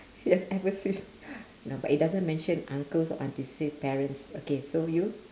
you have ever seen no but it doesn't mention uncles or aunties say parents okay so you